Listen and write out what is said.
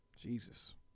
jesus